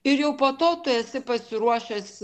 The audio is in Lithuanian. ir jau po to tu esi pasiruošęs